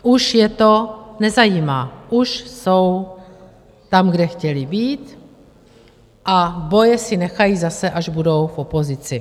Už je to nezajímá, už jsou tam, kde chtěli být, a boje si nechají zase, až budou v opozici.